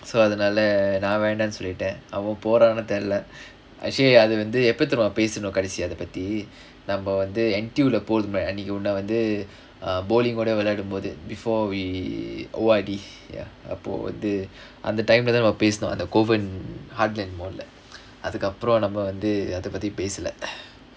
so அதுனால நா வேண்டானு சொல்லிட்டேன் அவன் போறானா தெரில:athunaala naa vendaanu sollittaen avan poraanaa therila actually அது வந்து எப்ப தெரிமா பேசுனோம் கடைசிய இத பத்தி நம்ம வந்து:athu vanthu eppa therimaa paesunom kadaisiya itha pathi namma vanthu N_T_U leh போறது அன்னைக்கு உன்ன வந்து:porathu annaikku unna vanthu err bowling ஓட விளையாட மோது:oda vilaiyaada mothu before we O_R_D ya அப்போ வந்து அந்த:appo vanthu antha time leh தான் நம்ம பேசுனோம் அந்த:thaan namma paesunom antha kovan heartland mall அதுக்கு அப்புறம் நம்ம வந்து அத பத்தி பேசல:athukku appuram namma vanthu atha paththi paesala